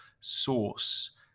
source